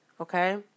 okay